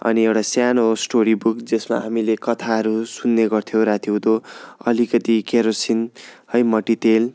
अनि एउटा सानो स्टोरी बुक जसमा हमाीले कथाहरू सुन्ने गर्थ्यो रातिहुँदो अलिकति केरोसिन है मटितेल